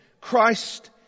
Christ